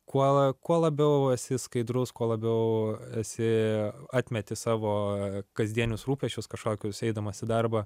kuo la kuo labiau esi skaidrus kuo labiau esi atmeti savo kasdienius rūpesčius kažkokius eidamas į darbą